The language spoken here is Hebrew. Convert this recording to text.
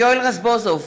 יואל רזבוזוב,